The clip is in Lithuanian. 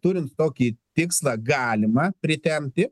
turint tokį tikslą galima pritempti